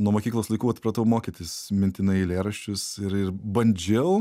nuo mokyklos laikų atpratau mokytis mintinai eilėraščius ir ir bandžiau